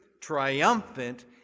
triumphant